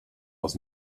was